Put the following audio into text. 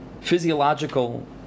physiological